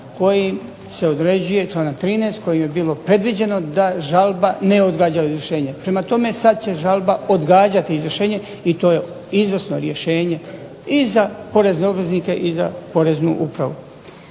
kojim se određuje, članak 13., kojim je bilo predviđeno da žalba ne odgađa izvršenje. Prema tome, sad će žalba odgađati izvršenje i to je izvrsno rješenje i za porezne obveznike i za Poreznu upravu.